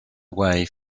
way